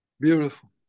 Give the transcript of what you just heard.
Beautiful